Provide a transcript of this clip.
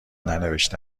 ننوشته